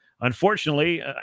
Unfortunately